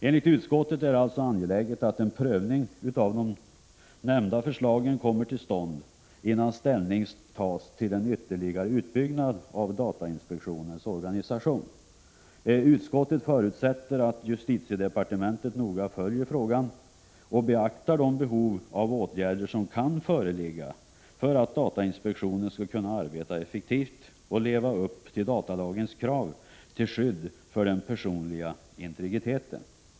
Enligt utskottet är det alltså angeläget att en prövning av de nämnda förslagen kommer till stånd, innan ställning tas till en ytterligare utbyggnad av datainspektionens organisation. Utskottet förutsätter att justitiedepartementet noga följer frågan och beaktar de behov av åtgärder som kan föreligga för att datainspektionen skall kunna arbeta effektivt och leva upp till datalagens krav till skydd för den personliga integriteten.